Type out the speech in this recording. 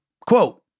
Quote